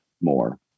more